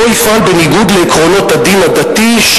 כתוב: לא יפעל בניגוד לעקרונות הדין הדתי.